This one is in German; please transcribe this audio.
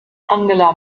angela